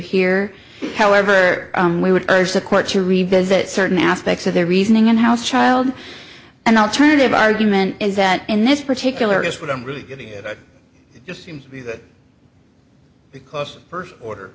here however we would urge the court to revisit certain aspects of their reasoning in house child and alternative argument is that in this particular case what i'm really getting at just seems to be that because birth order